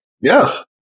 Yes